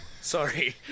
Sorry